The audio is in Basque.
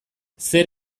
zer